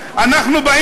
אתם חוסמים אותם.